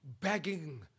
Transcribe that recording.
begging